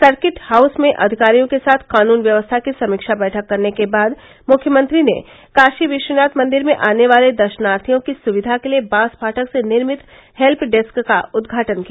circuit house में अधिकारियों के साथ कानून व्यवस्था की समीक्षा बैठक करने के बाद मुख्यमंत्री ने कार्शी विश्वनाथ मंदिर में आने वाले दर्शनार्थियों की सविवा के लिये बांस फाटक से निर्मित हेल्य डेस्क का उदघाटन किया